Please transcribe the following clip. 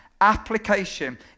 Application